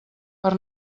per